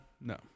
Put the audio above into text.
no